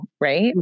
right